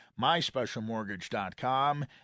myspecialmortgage.com